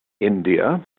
India